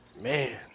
Man